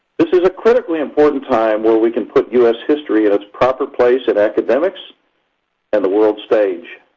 this is a critically important time where we can put u s. history in its proper place in academics and the world stage.